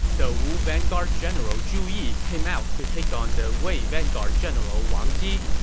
the wu vanguard general zhu yi came out to take on the wei vanguard general wang ji.